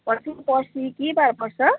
पर्सिको पर्सि के बार पर्छ